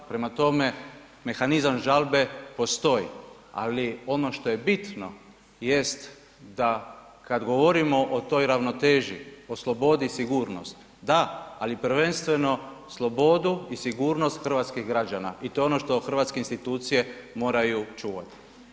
Prema tome, mehanizam žalbe postoji ali ono što je bitno jest da kad govorimo o toj ravnoteži o slobodi i sigurnost, da ali prvenstveno slobodu i sigurnost hrvatskih građana i to je ono što hrvatske institucije moraju čuvati.